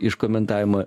iš komentavimo